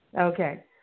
Okay